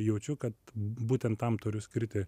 jaučiu kad būtent tam turiu skirti